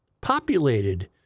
populated